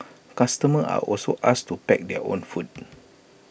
customers are also asked to pack their own food